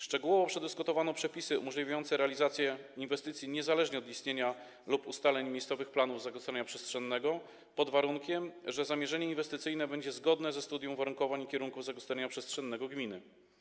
Szczegółowo przedyskutowano przepisy umożliwiające realizację inwestycji niezależnie od istnienia lub ustaleń miejscowych planów zagospodarowania przestrzennego, pod warunkiem że zamierzenie inwestycyjne będzie zgodne ze studium uwarunkowań i kierunków zagospodarowania przestrzennego gminy.